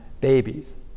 babies